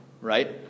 right